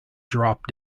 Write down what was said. drop